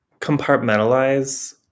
compartmentalize